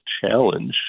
challenge